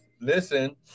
listen